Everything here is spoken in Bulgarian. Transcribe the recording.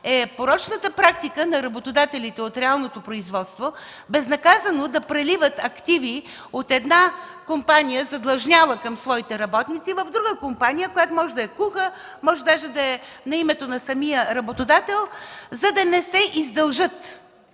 е порочната практика на работодателите от реалното производство безнаказано да преливат активи от една компания, задлъжняла към своите работници, в друга компания, която може да е куха, може да е на името на самия работодател, за да не се издължат,